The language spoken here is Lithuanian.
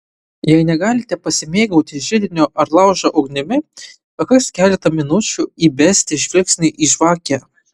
jei negalite pasimėgauti židinio ar laužo ugnimi pakaks keletą minučių įbesti žvilgsnį į žvakę